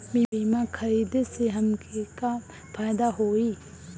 बीमा खरीदे से हमके का फायदा होई?